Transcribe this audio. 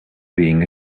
being